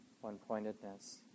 one-pointedness